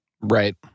Right